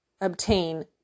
obtain